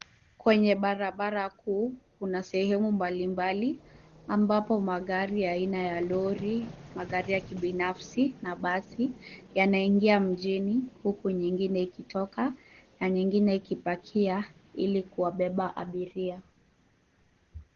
Kwenye barabara kuu, kuna sehemu mbalimbali ambapo magari ya aina ya lori, magari ya kibinafsi na basi yanaingia mjini huku nyingine likitoka na nyingine ikipakia ili kuwabeba abiria.